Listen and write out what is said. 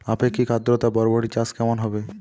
আপেক্ষিক আদ্রতা বরবটি চাষ কেমন হবে?